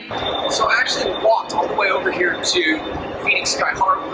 so actually walked all the way over here to phoenix sky harbor.